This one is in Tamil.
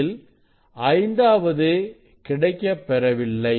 இதில் ஐந்தாவது கிடைக்கப்பெறவில்லை